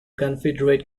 confederate